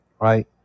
right